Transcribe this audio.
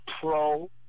pro